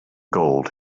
gold